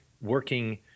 working